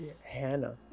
Hannah